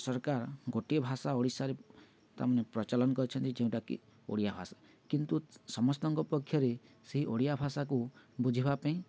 ସରକାର ଗୋଟିଏ ଭାଷା ଓଡ଼ିଶାରେ ତାମାନେେ ପ୍ରଚଳନ କରିଛନ୍ତି ଯେଉଁଟାକି ଓଡ଼ିଆ ଭାଷା କିନ୍ତୁ ସମସ୍ତଙ୍କ ପକ୍ଷରେ ସେଇ ଓଡ଼ିଆ ଭାଷାକୁ ବୁଝିବା ପାଇଁ